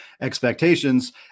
expectations